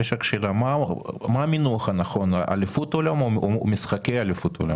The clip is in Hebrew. מה המינוח הנכון אליפות עולם או משחקי אליפות עולם?